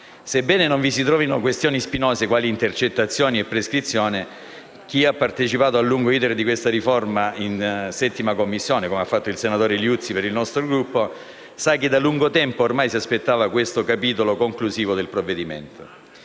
Sebbene non vi si trovino questioni spinose quali intercettazioni e prescrizione, chi ha partecipato al lungo *iter* di questa riforma in 7ª Commissione - come ha fatto il senatore Liuzzi per il nostro Gruppo - sa che da lungo tempo ormai si aspettava il capitolo conclusivo del provvedimento.